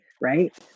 right